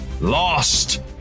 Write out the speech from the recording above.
lost